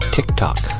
TikTok